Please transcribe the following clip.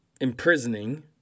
imprisoning